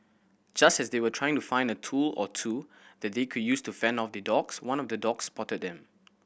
just as they were trying to find a tool or two that they could use to fend off the dogs one of the dogs spotted them